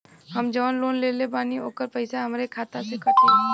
हम जवन लोन लेले बानी होकर पैसा हमरे खाते से कटी?